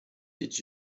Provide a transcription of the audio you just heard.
did